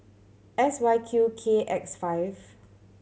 S Y Q K X five